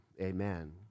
amen